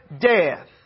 death